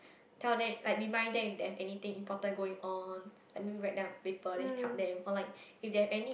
tell them like remind them if they have anything important going on like maybe write down a paper then help them or like if they have any